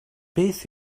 beth